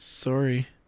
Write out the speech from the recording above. Sorry